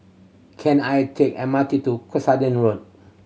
can I take M R T to Cuscaden Road